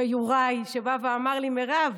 וליוראי, שבא ואמר לי: מירב,